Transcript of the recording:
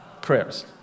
prayers